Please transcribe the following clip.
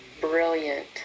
brilliant